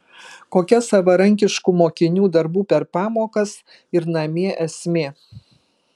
kokia savarankiškų mokinių darbų per pamokas ir namie esmė